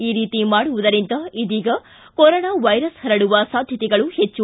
ಈ ರೀತಿ ಮಾಡುವುದರಿಂದ ಇದೀಗ ಕೊರೊನಾ ವೈರಸ್ ಹರಡುವ ಸಾಧ್ಯತೆಗಳು ಹೆಚ್ಚು